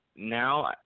Now